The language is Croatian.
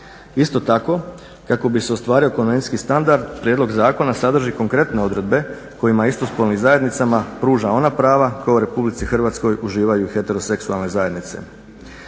Isto tako kako bi se ostvario konvencijski standard prijedlog zakona sadrži konkretne odredbe kojima istospolnim zajednicama pruža ona prava koja u RH uživaju heteroseksualne zajednice.